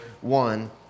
one